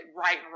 right